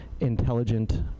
intelligent